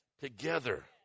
together